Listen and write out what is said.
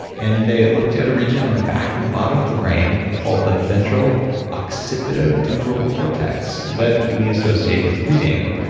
and they looked at a region on the back and bottom of the brain called the ventral occipital temporal cortex that we associate with reading.